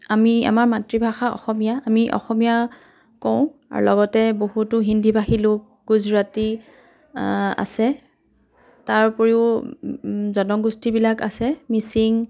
আমি আমাৰ মাতৃভাষা অসমীয়া আমি অসমীয়া কওঁ আৰু লগতে বহুতো হিন্দীভাষী লোক গুজৰাটী আছে তাৰ উপৰিও জনগোষ্ঠীবিলাক আছে মিচিং